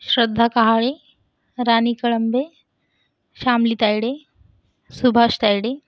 Shraddha Kahale Rani Kalambe Shyamali Tayade Subhash Tayde